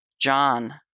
John